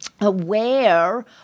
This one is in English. aware